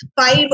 five